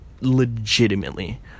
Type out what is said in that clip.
Legitimately